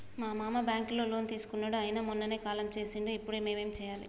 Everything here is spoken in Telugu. మా మామ బ్యాంక్ లో లోన్ తీసుకున్నడు అయిన మొన్ననే కాలం చేసిండు ఇప్పుడు మేం ఏం చేయాలి?